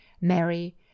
mary